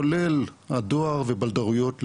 כולל הדואר ובלדרויות למיניהם,